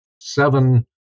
seven